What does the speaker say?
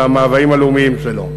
על המאוויים הלאומיים שלו.